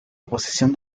oposición